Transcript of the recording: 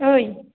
ओइ